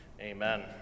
Amen